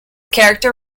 character